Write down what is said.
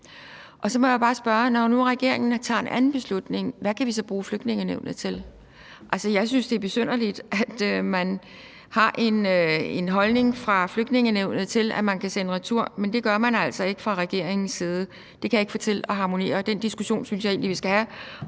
Så må jeg bare spørge om noget: Når nu regeringen tager en anden beslutning, hvad kan vi så bruge Flygtningenævnet til? Jeg synes, det er besynderligt, at man har en holdning fra Flygtningenævnets side til, at man kan folk sende retur, men det gør man altså ikke fra regeringens side. Det kan jeg ikke få til at harmonere, og den diskussion synes jeg egentlig vi skal have